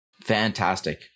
Fantastic